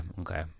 okay